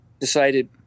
decided